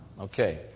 Okay